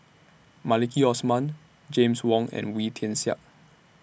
Maliki Osman James Wong and Wee Tian Siak